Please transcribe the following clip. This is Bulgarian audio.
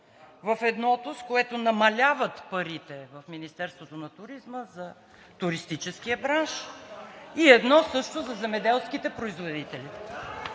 едно, с което намаляват парите в Министерството на туризма за туристическия бранш, и едно също за земеделските производители.